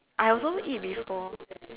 I also eat before